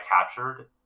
captured